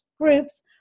groups